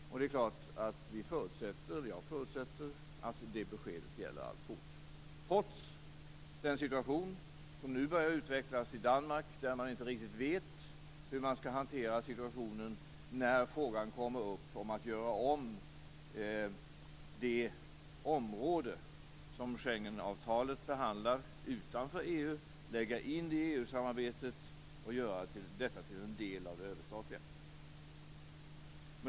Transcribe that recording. Och jag förutsätter att det beskedet gäller alltfort, trots den situation som nu har börjat att utvecklas i Danmark där man inte riktigt vet hur man skall hantera frågan om ifall det område utanför EU som behandlas i Schengen skall läggas in i EU-samarbetet och göras till en del av det överstatliga.